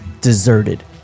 deserted